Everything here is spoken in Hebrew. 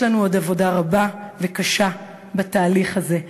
יש לנו עוד עבודה רבה וקשה בתהליך הזה,